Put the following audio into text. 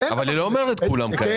תתקן את החוק מכיוון